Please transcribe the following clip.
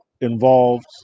involved